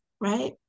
right